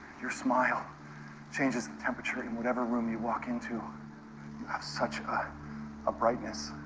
your smile changes the temperature in whatever room you walk into. you have such a a brightness,